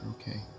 okay